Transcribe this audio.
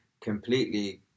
completely